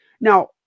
Now